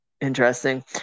interesting